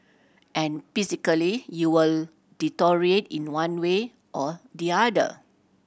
and physically you will deteriorate in one way or the other